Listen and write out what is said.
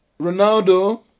Ronaldo